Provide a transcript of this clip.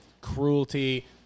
Cruelty